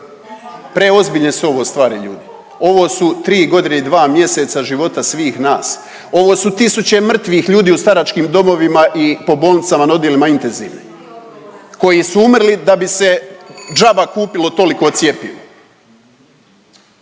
Preozbiljne su ovo stvari ljudi! Ovo su tri godine i dva mjeseca života svih nas, ovo su tisuće mrtvih ljudi u staračkim domovima i po bolnicama na odjelima intenzivne koji su umrli da bi se džaba kupilo toliko cjepiva,